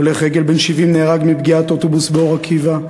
הולך רגל בן 70 נהרג מפגיעת אוטובוס באור-עקיבא,